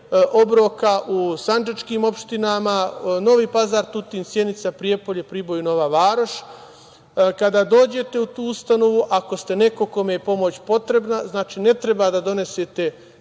obroka u sandžačkim opštinama: Novi Pazar, Tutin, Sjenica, Prijepolje, Priboj i Nova Varoš. Kada dođete u tu ustanovu, ako ste neko kome je pomoć potrebna, ne treba da donesete